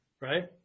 right